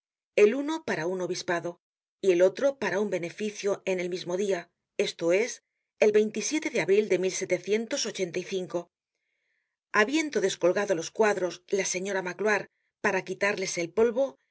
el uno para un obispado y el otro para un beneficio en el mismo dia esto es el de abril de habiendo descolgado los cuadros la señora magloire para quitarles el polvo